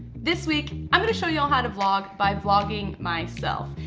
this week, i'm gonna show you all how to vlog by vlogging myself.